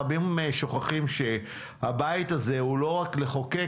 רבים שוכחים שהבית הזה הוא לא רק כדי לחוקק,